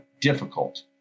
difficult